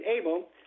able